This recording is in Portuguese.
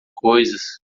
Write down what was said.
coisas